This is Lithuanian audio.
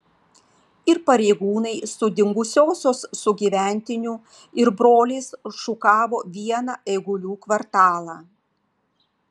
ir pareigūnai su dingusiosios sugyventiniu ir broliais šukavo vieną eigulių kvartalą